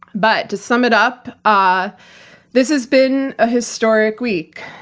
but, to sum it up, ah this has been a historic week.